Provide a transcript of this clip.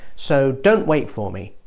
so don't wait for me